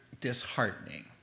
disheartening